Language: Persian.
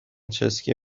چسکی